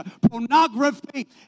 pornography